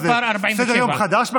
מה זה, סדר-יום חדש?